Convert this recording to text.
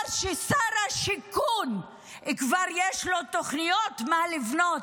לאחר שלשר השיכון כבר יש תוכניות מה לבנות